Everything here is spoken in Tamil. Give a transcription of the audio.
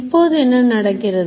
இப்போது என்ன நடக்கிறது